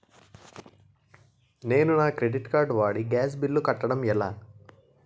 నేను నా credit card వాడి గ్యాస్ బిల్లు కట్టడం ఎలా?